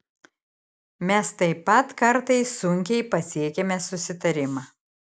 mes taip pat kartais sunkiai pasiekiame susitarimą